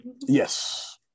Yes